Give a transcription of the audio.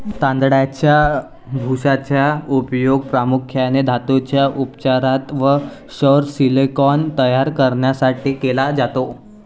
तांदळाच्या भुशाचा उपयोग प्रामुख्याने धातूंच्या उपचारात व सौर सिलिकॉन तयार करण्यासाठी केला जातो